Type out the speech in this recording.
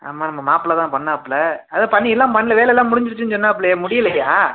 ஆமாம் ஆமாம் மாப்பிள தான் பண்ணாப்புலே அதான் பண்ணி எல்லாம் பண்ணல வேலைலாம் முடிஞ்சுடுச்சினு சொன்னாப்புலேயே முடியலையா